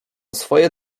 swoje